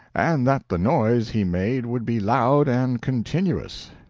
and that the noise he made would be loud and continuous.